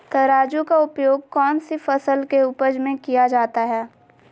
तराजू का उपयोग कौन सी फसल के उपज में किया जाता है?